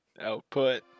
output